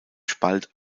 spalt